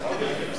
להוריד את הגיל.